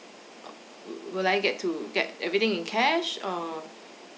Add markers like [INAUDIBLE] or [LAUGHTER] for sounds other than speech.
[NOISE] will I get to get everything in cash or